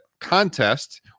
contest